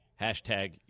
Hashtag